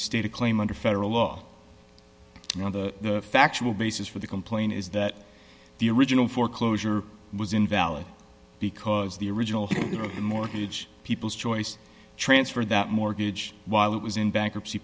a claim under federal law now the factual basis for the complaint is that the original foreclosure was invalid because the original mortgage people's choice transferred that mortgage while it was in bankruptcy